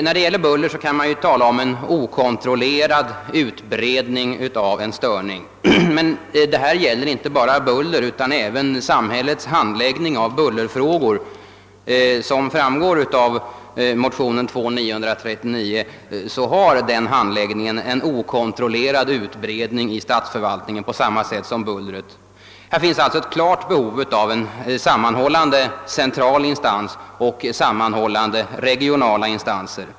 När det gäller buller kan man tala om en okontrollerad utbredning av en störning. Men detta gäller inte bara bullret utan även samhällets handläggning av bullerfrågorna. Som framgår av vår motion har den handläggningen en okontrollerad utbredning i statsförvaltningen på samma sätt som bullret okontrollerat breder ut sig. Här finns alltså ett klart behov av en sammanhållande central instans och av sammanhållande regionala instanser.